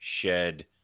shed